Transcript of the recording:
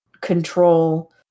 control